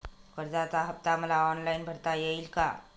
कर्जाचा हफ्ता मला ऑनलाईन भरता येईल का?